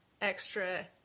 extra